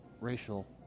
racial